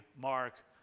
Mark